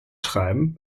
schreiben